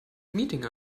meeting